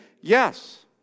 Yes